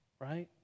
right